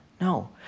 no